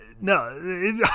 No